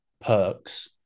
perks